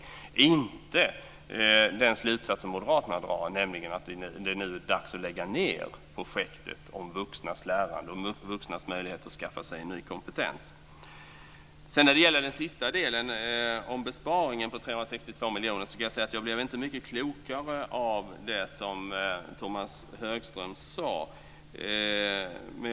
Det är inte den slutsats som moderaterna drar, nämligen att det nu är dags att lägga ned projektet om vuxnas lärande och vuxnas möjligheter att skaffa sig ny kompetens. När det gäller den sista delen om besparingen på 362 miljoner blev jag inte mycket klokare av det som Tomas Högström sade.